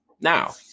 Now